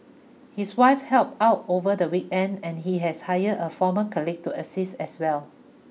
his wife help out over the weekend and he has hired a former colleague to assist as well